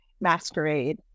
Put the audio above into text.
masquerade